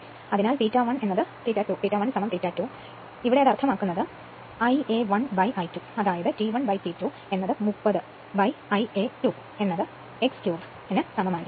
അതിനാൽ ∅1 ∅ 2 ഇവിടെ ∅1 ∅ 2 അർത്ഥമാക്കുന്നത് അത് Ia 1 I 2 ആയിരിക്കും